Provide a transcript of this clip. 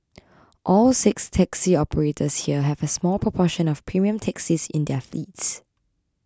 all six taxi operators here have a small proportion of premium taxis in their fleets